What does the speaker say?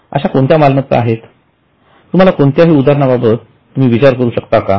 अश्या कोणत्या मालमत्ता आहेत तुम्ही कोणत्याही उदाहरणाबद्दल विचार करू शकता का